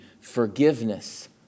forgiveness